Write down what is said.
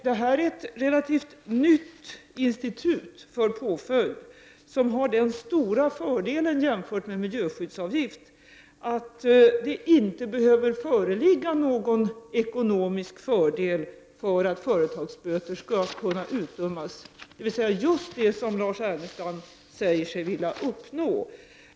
Det här är ett relativt nytt institut som påföljd och har den stora fördelen jämfört med miljöskyddsavgifter att det inte behöver föreligga någon ekonomisk fördel för att företagsböter skall kunna utdömas, dvs. just det som Lars Ernestam säger sig vilja uppnå.